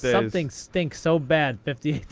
something stink so bad fifty